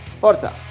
Forza